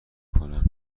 کنن